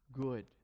good